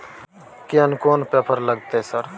कोन कौन पेपर लगतै सर?